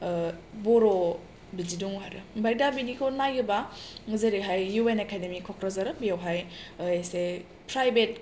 ओ बर' बिदि दं आरो ओमफ्राय दा बिनिखौ नायोबा जेरैहाय एउ एन एकाडेमि कक्राझार बेवहाय एसे प्राइभेट